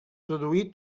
produí